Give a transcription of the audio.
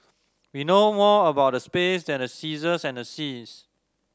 we know more about the space than the seasons and the seas